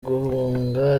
guhunga